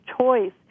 choice